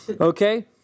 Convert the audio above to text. Okay